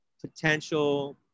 potential